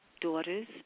daughters